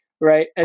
Right